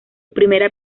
primera